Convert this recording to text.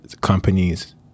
companies